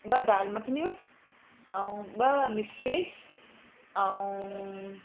ॿ दाल मखिनियूं ऐं ॿ मिक्स वेज ऐं